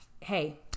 hey